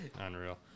Unreal